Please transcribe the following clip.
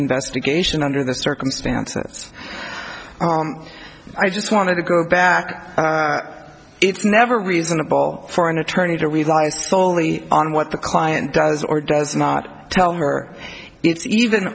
investigation under the circumstances i just want to go back it's never reasonable for an attorney to rely solely on what the client does or does not tell her